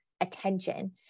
attention